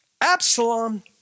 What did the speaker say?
Absalom